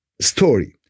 story